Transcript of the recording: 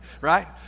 Right